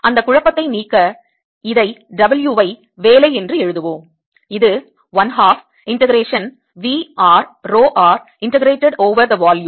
அந்த குழப்பத்தை நீக்க இதை W ஐ வேலை என்று எழுதுவோம் இது 1 half integration V r rho r integrated over the volume கன அளவு